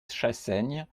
chassaigne